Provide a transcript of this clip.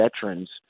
veterans